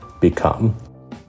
become